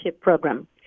program